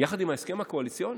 יחד עם ההסכם הקואליציוני.